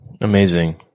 Amazing